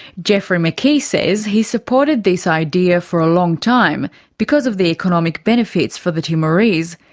geoffrey mckee says he supported this idea for a long time because of the economic benefits for the timorese,